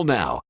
now